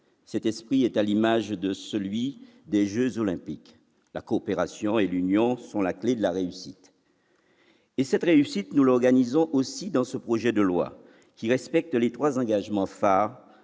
Cet esprit est à l'image de celui des jeux Olympiques : la coopération et l'union sont la clef de la réussite. Cette réussite, nous l'organisons aussi au travers de ce projet de loi, qui respecte les trois engagements phares